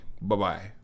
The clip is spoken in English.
Bye-bye